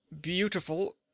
beautiful